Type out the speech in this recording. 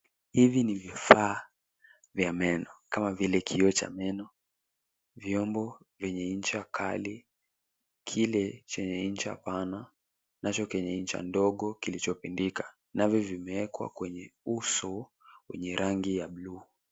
Hivi ni vifaa vya meno kama vile kioo cha meno, vyombo vyenye ncha kali, kile chenye ncha pana nacho kenye ncha ndogo kilichopindika, navyo vimewekwa kwenye uso wenye rangi ya blue .